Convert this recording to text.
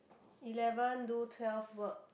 eleven do twelve work